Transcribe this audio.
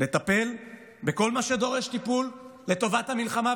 לטפל בכל מה שדורש טיפול לטובת המלחמה,